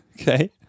Okay